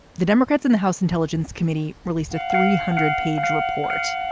the democrats in the house intelligence committee released a three hundred page report.